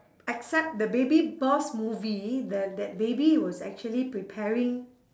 except the baby boss movie the that baby was actually preparing